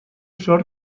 sord